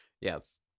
Yes